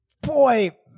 boy